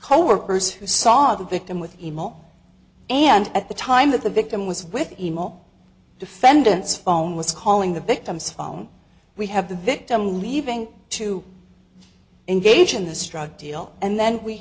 coworkers who saw the victim with emo and at the time that the victim was with emo defendants phone was calling the victim's phone we have the victim leaving to engage in the strug deal and then we